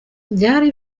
byari